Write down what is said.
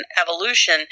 evolution